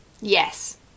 Yes